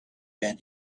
been